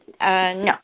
No